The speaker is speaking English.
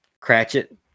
Cratchit